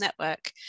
Network